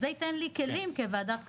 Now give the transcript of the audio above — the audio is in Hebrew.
זה ייתן לי כלים כוועדת כספים.